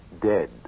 dead